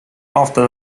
after